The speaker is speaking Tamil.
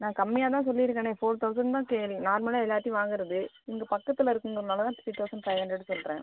நான் கம்மியாக தான் சொல்லியிருக்கனே ஃபோர் தெளசன்ட் தான் சரி நார்மலாக எல்லார்கிட்டையும் வாங்குவது இங்கே பக்கத்தில் இருக்குங்கிறதினால தான் த்ரீ தெளசன்ட் ஃபைவ் ஹண்ரட் சொல்கிறேன்